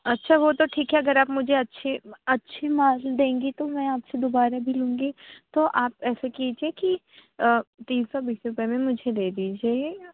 اچھا وہ تو ٹھیک ہے اگر آپ مجھے اچھی اچھی مال دیں گی تو میں آپ سے دوبارہ بھی لوں گی تو آپ ایسا کیجیے کہ تین سو بیس روپیے میں مجھے دے دیجیے یہ